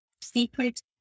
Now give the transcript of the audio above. secret